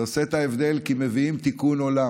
זה עושה את ההבדל כי מביאים תיקון עולם,